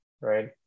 right